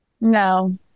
No